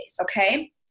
Okay